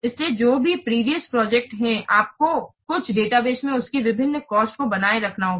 इसलिए जो भी प्रीवियस प्रोजेक्ट हैं आपको कुछ डेटाबेस में उनकी विभिन्न कॉस्ट को बनाए रखना होगा